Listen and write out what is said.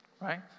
right